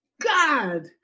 god